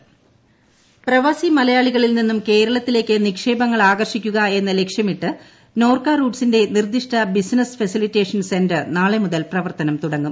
Norka Roots പ്രവാസി മലയാളികളിൽ നിന്നും കേരളത്തിലേയ്ക്ക് നിക്ഷേപങ്ങൾ ആകർഷിക്കുക എന്ന ലക്ഷ്യമിട്ട് നോർക്ക റൂട്ട്സിന്റെ നിർദിഷ്ട ബിസിനസ്സ് ഫെസിലിറ്റേഷൻ സെന്റർ നാളെ മുതൽ പ്രവർത്തനം തുടങ്ങും